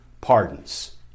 pardons